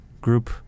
group